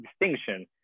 Distinction